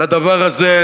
לדבר הזה.